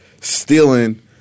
stealing